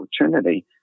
opportunity